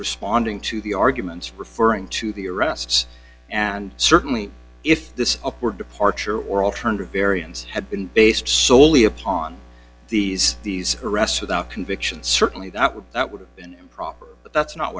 responding to the arguments referring to the arrests and certainly if this were departure or alternative variance had been based solely upon these these arrests without conviction certainly that would that would be an improper but that's not